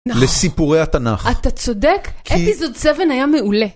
לסיפורי התנך. אתה צודק, אפיזוד 7 היה מעולה.